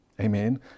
Amen